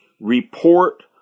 report